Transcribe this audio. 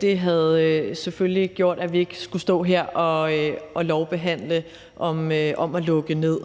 Det havde selvfølgelig gjort, at vi ikke skulle stå her og lovbehandle om at lukke ned.